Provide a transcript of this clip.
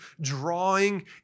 drawing